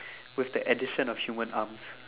with the addition of human arms